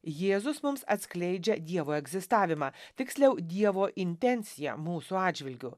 jėzus mums atskleidžia dievo egzistavimą tiksliau dievo intenciją mūsų atžvilgiu